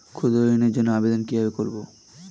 ক্ষুদ্র ঋণের জন্য আবেদন কিভাবে করব?